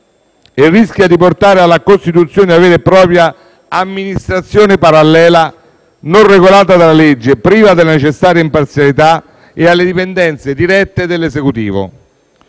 e rischia di portare alla costituzione di una vera e propria amministrazione parallela, non regolata dalla legge, priva della necessaria imparzialità e alle dipendenze dirette dell'Esecutivo,